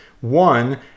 One